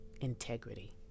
integrity